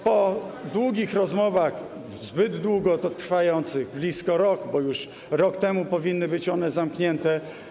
Po długich rozmowach, zbyt długo trwających, blisko rok, bo już rok temu powinny być one zamknięte.